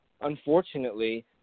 unfortunately